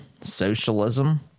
socialism